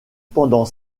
pendant